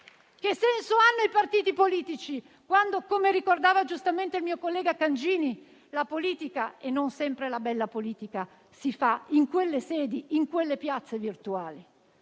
Che senso hanno i partiti politici quando, come ricordava giustamente il collega Cangini, la politica, e non sempre la bella politica, si fa in quelle sedi e in quelle piazze virtuali?